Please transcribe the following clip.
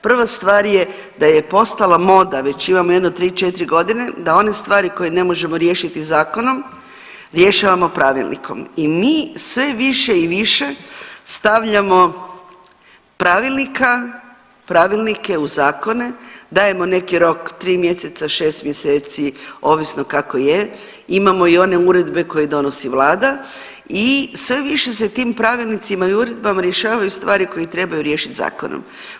Prva stvar je da je postala moda, već imamo jedno 3-4 godine da one stvari koje ne možemo riješiti zakonom rješavamo pravilnikom i mi sve više i više stavljamo pravilnika, pravilnike u zakone, dajemo neki rok 3 mjeseca, 6 mjeseci ovisno kako je, imamo i one uredbe koje donosi vlada i sve više se tim pravilnicima i uredbama rješavaju stvari koje trebaju riješiti zakonom.